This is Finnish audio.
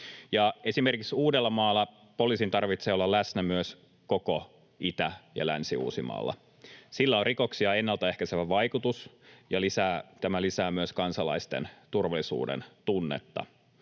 Esimerkiksi Uudellamaalla poliisin tarvitsee olla läsnä koko Itä- ja Länsi-Uusimaalla. Sillä on rikoksia ennalta ehkäisevä vaikutus, ja tämä lisää myös kansalaisten turvallisuudentunnetta.